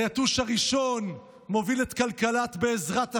היתוש הראשון מוביל את כלכלת "בעזרת השם"